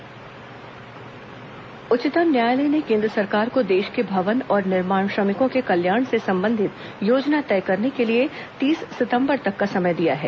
supreme court श्रम उच्चतम न्यायालय ने केन्द्र सरकार को देश के भवन और निर्माण श्रमिकों के कल्याण से संबंधित योजना तय करने के लिए तीस सितंबर तक का समय दिया है